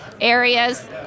areas